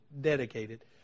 dedicated